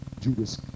Judas